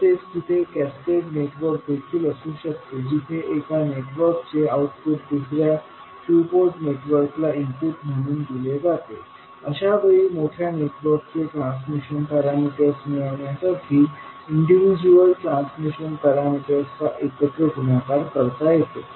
तसेच तिथे cascade network देखील असू शकते जिथे एका नेटवर्कचे आउटपुट दुसर्या टू पोर्ट नेटवर्कला इनपुट म्हणून दिले जाते अशा वेळी मोठ्या नेटवर्कचे ट्रांसमिशन पॅरामीटर्स मिळवण्यासाठी इन्डिविजुअल ट्रांसमिशन पॅरामीटर्सचा एकत्र गुणाकार करता येतो